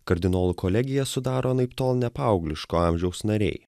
kardinolų kolegiją sudaro anaiptol ne paaugliško amžiaus nariai